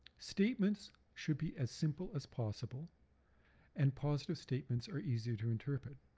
statements should be as simple as possible and positive statements are easier to interpret.